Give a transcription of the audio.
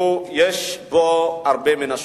יש בו הרבה מן השממה,